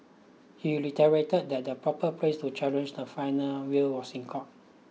he reiterated that the proper place to challenge the final will was in court